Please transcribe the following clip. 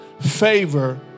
favor